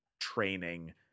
training